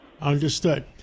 Understood